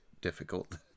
difficult